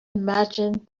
imagine